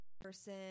person